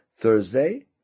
Thursday